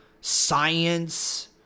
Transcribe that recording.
science